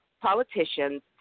politicians